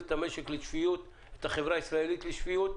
את החברה הישראלית ואת המשק לשפיות,